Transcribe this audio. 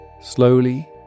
slowly